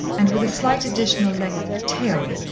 and with a slight additional length of tail,